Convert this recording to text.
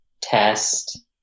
test